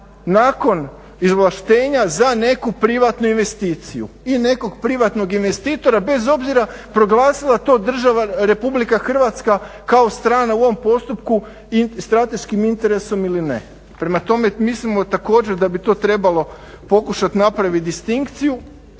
nakon izvlaštenja za neku privatnu investiciju i nekog privatnog investitora bez obzira proglasila to država, Republika Hrvatska kao strana u ovom postupku, strateškim interesom ili ne. Prema tome, mislimo također da bi to trebalo pokušat napraviti distinkciju,